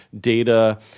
data